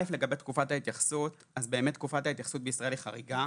תקופת ההתייחסות בישראל היא חריגה.